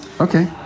okay